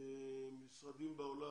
משרדים בעולם,